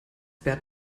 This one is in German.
bert